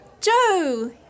Joe